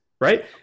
right